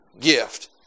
gift